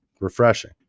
refreshing